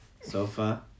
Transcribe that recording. sofa